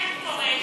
איך קורה,